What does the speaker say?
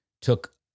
took